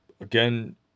again